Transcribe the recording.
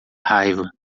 raiva